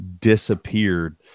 disappeared